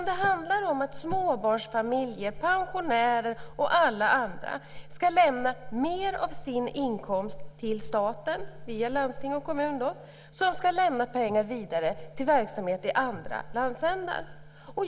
Det handlar om att småbarnsfamiljer, pensionärer och alla andra ska lämna mer av sin inkomst till staten, via landsting och kommun, som ska lämna pengar vidare till verksamhet i andra landsändar.